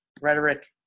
Rhetoric